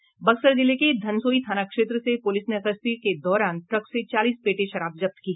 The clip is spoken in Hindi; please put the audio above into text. बक्सर जिले के धनसोई थाना क्षेत्र से पुलिस ने गश्ती के दौरान ट्रक से चालीस पेटी शराब जब्त की है